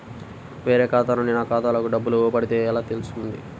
వేరే ఖాతా నుండి నా ఖాతాలో డబ్బులు పడితే ఎలా తెలుస్తుంది?